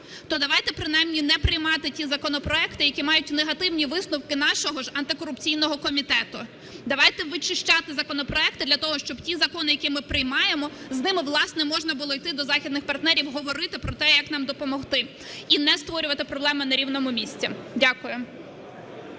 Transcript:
то давайте принаймні не приймати ті законопроекти, які мають негативні висновки нашого ж антикорупційного комітету. Давайте вичищати законопроекти, для того щоб ті закони, які ми приймаємо з ними, власне, можна йти до західних партнерів, говорити про те, як нам допомогти. І не створювати проблеми на рівному місці. Дякую.